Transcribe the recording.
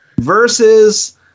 Versus